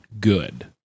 good